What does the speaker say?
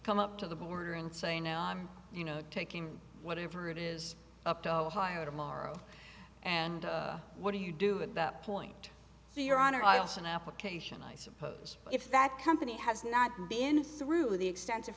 come up to the border and say no i'm you know taking whatever it is up to ohio tomorrow and what do you do about point your honor i also an application i suppose if that company has not been through the extensive